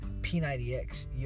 P90X